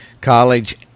college